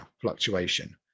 fluctuation